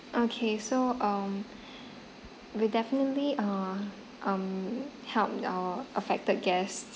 okay so um we'll definitely uh um help uh affected guests